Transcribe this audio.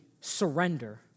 surrender